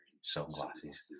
sunglasses